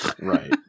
Right